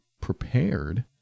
prepared